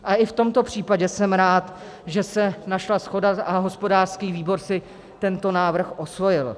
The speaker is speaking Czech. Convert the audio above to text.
I v tomto případě jsem rád, že se našla shoda a hospodářský výbor si tento návrh osvojil.